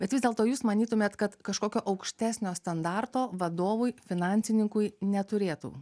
bet vis dėlto jūs manytumėt kad kažkokio aukštesnio standarto vadovui finansininkui neturėtų